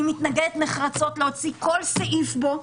אני מתנגדת נחרצות להוציא כל סעיף בו.